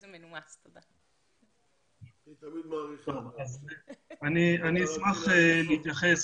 אני אשמח להתייחס.